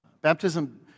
Baptism